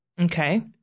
Okay